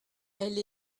elle